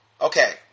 okay